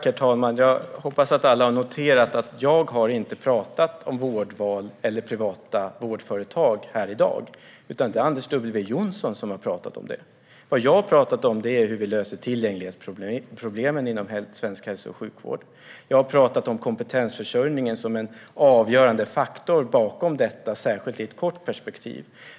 Herr talman! Jag hoppas att alla har noterat att jag inte har talat om vårdval eller privata vårdföretag här i dag, utan det är Anders W Jonsson som pratar om det. Vad jag har pratat om är hur vi löser tillgänglighetsproblemen inom svensk hälso och sjukvård. Jag har pratat om kompetensförsörjningen som en avgörande faktor bakom detta, särskilt i ett kort perspektiv.